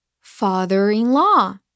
father-in-law